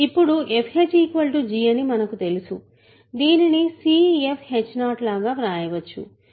ఇప్పుడు fh g అని మనకు తెలుసు దీనిని c f h 0 లాగా వ్రాయవచ్చు